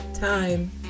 Time